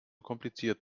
kompliziert